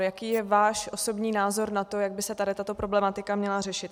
Jaký je váš osobní názor na to, jak by se tato problematika měla řešit.